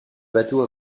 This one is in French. bateau